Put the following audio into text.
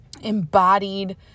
embodied